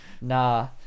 Nah